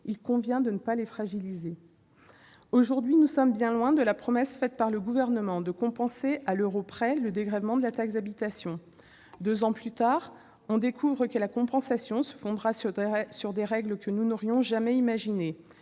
il convient de ne pas les fragiliser ! Aujourd'hui, nous sommes bien loin de la promesse faite par le Gouvernement de compenser à l'euro près le dégrèvement de la taxe d'habitation. Deux ans après les annonces, nous découvrons que la compensation se fondera sur des règles que nous n'aurions jamais imaginées